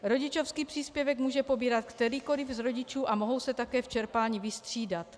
Rodičovský příspěvek může pobírat kterýkoli z rodičů a mohou se také v čerpání vystřídat.